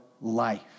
life